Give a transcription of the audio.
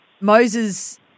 Moses